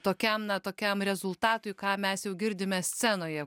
tokiam na tokiam rezultatui ką mes jau girdime scenoje